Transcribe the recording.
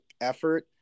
effort